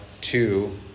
two